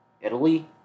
Italy